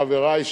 חברי,